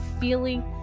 feeling